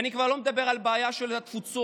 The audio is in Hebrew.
ואני כבר לא מדבר על הבעיה של התפוצות.